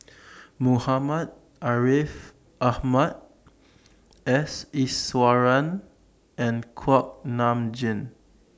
Muhammad Ariff Ahmad S Iswaran and Kuak Nam Jin